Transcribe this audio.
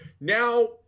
Now